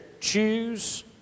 choose